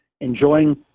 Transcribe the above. enjoying